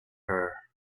her